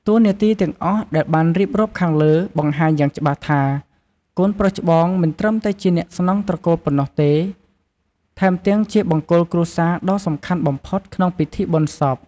តួនាទីទាំងអស់ដែលបានរៀបរាប់ខាងលើ បង្ហាញយ៉ាងច្បាស់ថា កូនប្រុសច្បងមិនត្រឹមតែជាអ្នកស្នងត្រកូលប៉ុណ្ណោះទេ ថែមទាំងជាបង្គោលគ្រួសារដ៏សំខាន់បំផុតក្នុងពិធីបុណ្យសព។